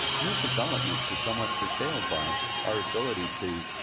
new developments are somewhat curtailed by our ability to